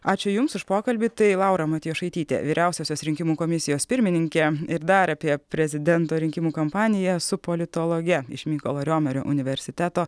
ačiū jums už pokalbį tai laura matjošaitytė vyriausiosios rinkimų komisijos pirmininkė ir dar apie prezidento rinkimų kampaniją su politologe iš mykolo riomerio universiteto